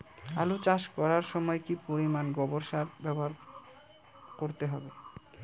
আলু চাষ করার সময় কি পরিমাণ গোবর সার ব্যবহার করতে হবে?